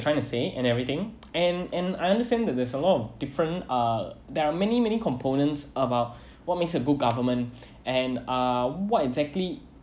trying to say and everything and and I understand that there's a lot of different uh there are many many components about what makes a good government and uh what exactly